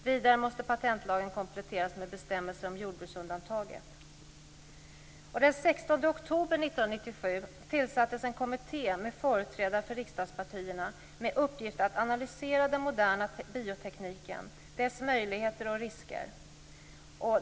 Vidare måste patentlagen kompletteras med bestämmelser om jordbruksundantaget. Den 16 oktober 1997 tillsattes en kommitté med företrädare för riksdagspartierna med uppgift att analysera den moderna biotekniken, dess möjligheter och risker.